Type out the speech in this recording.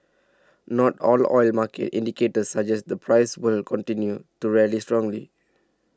not all oil market indicators suggest the price will continue to rally strongly